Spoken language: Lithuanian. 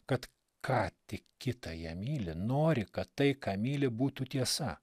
kad ką tik kitą ją myli nori kad tai ką myli būtų tiesa